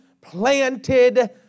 planted